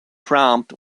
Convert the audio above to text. prompt